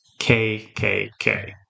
KKK